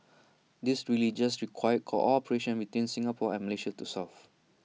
these really just required cooperation between Singapore and Malaysia to solve